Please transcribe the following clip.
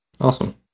awesome